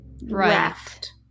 Left